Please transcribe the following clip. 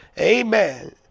amen